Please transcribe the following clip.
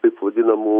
taip vadinamu